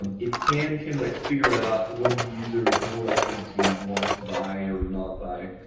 and it can can like figure out what the user is more likely to want to buy or not buy.